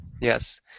Yes